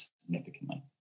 significantly